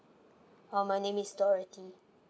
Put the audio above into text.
uh my name is dorothy